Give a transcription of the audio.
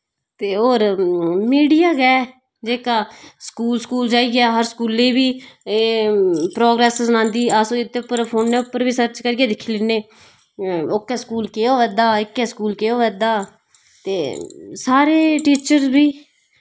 ते और मीडिया गै जेह्का स्कूल स्कूल जाइयै हर स्कूलें एह् प्रोग्रेस सनांदी अस इ'दे उप्पर फोने उप्पर बी सर्च करियै दिक्खी लैने ओह्के स्कूल केह् होआ दा एह्के स्कूल केह् होआ दा ते सारे टीचर्स बी